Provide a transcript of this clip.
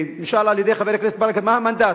נשאל על-ידי חבר הכנסת ברכה מה המנדט,